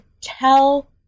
tell